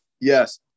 yes